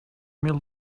mil